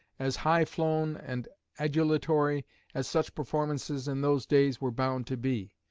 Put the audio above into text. as high-flown and adulatory as such performances in those days were bound to be.